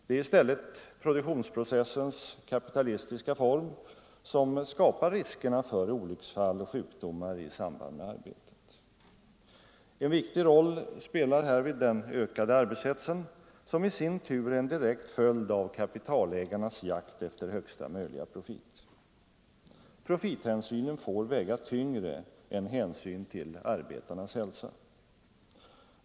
Det är i stället produktionsprocessens kapitalistiska form som skapar riskerna för olycksfall och sjukdomar i samband med arbetet. En viktig roll spelar härvid den ökade arbetshetsen, som i sin tur är en direkt följd av kapitalägarnas jakt efter högsta möjliga profit. Profithänsynen får väga tyngre än hänsyn till arbetarnas hälsa.